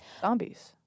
Zombies